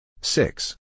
six